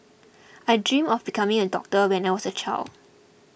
I dreamt of becoming a doctor when I was a child